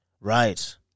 Right